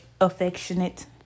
Affectionate